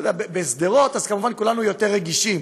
בשדרות כמובן כולנו יותר רגישים.